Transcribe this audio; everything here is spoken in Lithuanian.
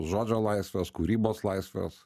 žodžio laisvės kūrybos laisvės